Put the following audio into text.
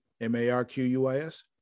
M-A-R-Q-U-I-S